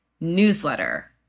newsletter